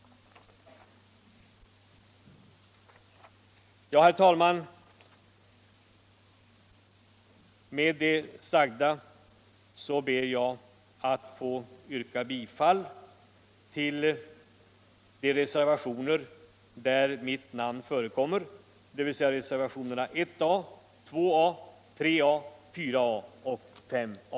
Herr talman! Med det anförda ber jag att få yrka bifall till de reservationer där mitt namn förekommer, dvs. reservationerna 1A, 2A, 3A, 4A och SA.